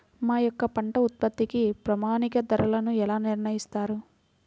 మా యొక్క పంట ఉత్పత్తికి ప్రామాణిక ధరలను ఎలా నిర్ణయిస్తారు?